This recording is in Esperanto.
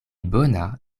bona